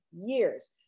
years